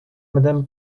madame